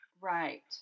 Right